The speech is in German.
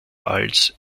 als